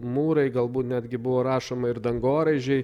mūrai galbūt netgi buvo rašoma ir dangoraižiai